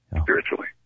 spiritually